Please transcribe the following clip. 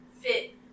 fit